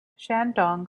shandong